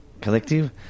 Collective